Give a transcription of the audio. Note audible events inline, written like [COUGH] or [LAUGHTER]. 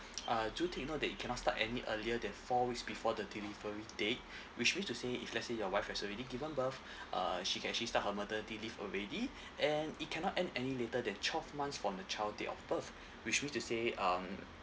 uh do take note that you cannot start any earlier than four weeks before the delivery date which which to say if let's say your wife has already given birth [BREATH] uh she can actually start her maternity leave already [BREATH] and it cannot end any later than twelve months from the child date of birth which which to say um